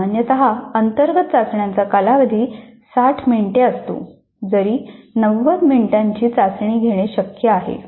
सामान्यत अंतर्गत चाचण्यांचा कालावधी 60 मिनिटे असतो जरी 90 मिनिटांची चाचणी घेणे शक्य आहे